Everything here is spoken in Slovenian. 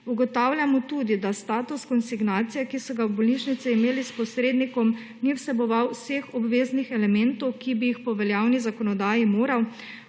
Ugotavljamo tudi, da status konsignacije, ki so ga v bolnišnici imeli s posrednikom, ni vseboval vseh obveznih elementov, ki bi jih po veljavni zakonodaji moral,